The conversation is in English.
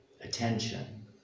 attention